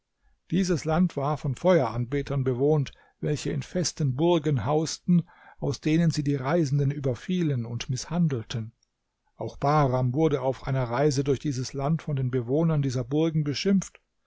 dieses land war von feueranbetern bewohnt welche in festen burgen hausten aus denen sie die reisenden überfielen und mißhandelten auch bahram wurde auf einer reise durch dieses land von den bewohnern dieser burgen beschimpft